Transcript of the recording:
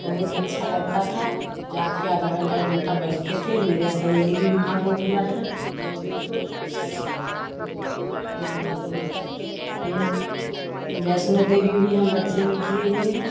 बहुत अच्छा लगता था जाकर आधा घंटा एक घंटा बैठते थे मेरे सहेली भी वहाँ हो गया था बचपन को और फिर वैष्णो देवी भी हम बच्चे भी गए हुए हैं